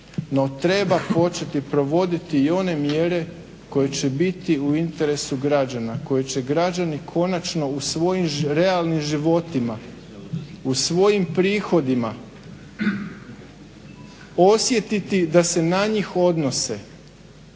treba početi provoditi i one mjere koje će biti u interesu građana, koje će građani konačno u svojim realnim životima, u svojim prihodima osjetiti da se na njih odnose.